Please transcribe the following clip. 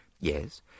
Yes